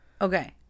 Okay